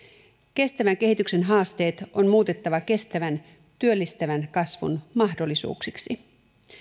kestävän kehityksen haasteet on muutettava kestävän työllistävän kasvun mahdollisuuksiksi